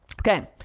Okay